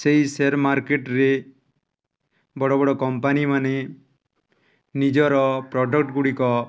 ସେଇ ସେୟାର ମାର୍କେଟରେ ବଡ଼ ବଡ଼ କମ୍ପାନୀମାନେ ନିଜର ପ୍ରଡକ୍ଟଗୁଡ଼ିକ